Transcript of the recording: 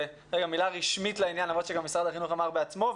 מילה רשמית לעניין למרות שגם משרד החינוך התייחס בעצמו.